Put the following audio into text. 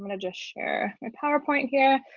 to just share my powerpoint here.